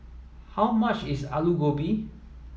how much is Alu Gobi